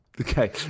Okay